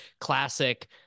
classic –